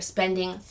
Spending